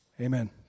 Amen